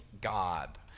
God